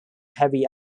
heavy